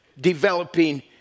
developing